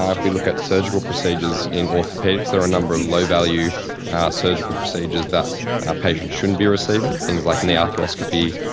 um if we look at surgical procedures in orthopaedics, there are a number of low-value surgical procedures that patients shouldn't be receiving, things like knee arthroscopy,